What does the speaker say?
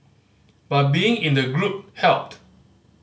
but being in a group helped